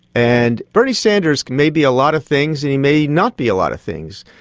and bernie sanders may be a lot of things and he may not be a lot of things.